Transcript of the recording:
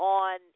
on